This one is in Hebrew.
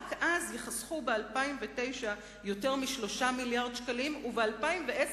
רק אז ייחסכו ב-2009 יותר מ-3 מיליארדי שקלים וב-2010,